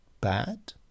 bad